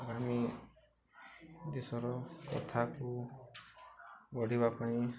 army ଦେଶର କଥାକୁ ଗଢ଼ିବା ପାଇଁ